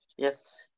Yes